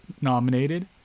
nominated